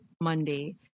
Monday